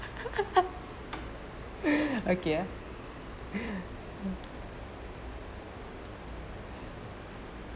okay ya